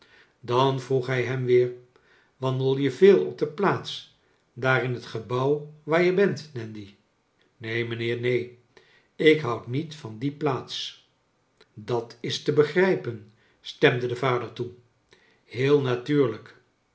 dan vroeg hij hem weer wandel je veel op de plaats daar in het gebouw waar je bent nandy neen mijnheer neen ik houd niet van die plaats dat is te begrijpen stemde de vader toe heel natuurlijk